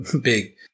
big